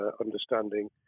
understanding